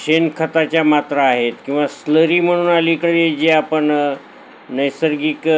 शेणखताच्या मात्रा आहेत किंवा स्लरी म्हणून अलीकडे जे आपण नैसर्गिक